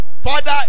Father